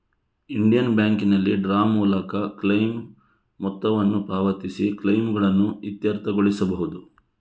Indian ಬ್ಯಾಂಕಿನಲ್ಲಿ ಡ್ರಾ ಮೂಲಕ ಕ್ಲೈಮ್ ಮೊತ್ತವನ್ನು ಪಾವತಿಸಿ ಕ್ಲೈಮುಗಳನ್ನು ಇತ್ಯರ್ಥಗೊಳಿಸಬಹುದು